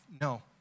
No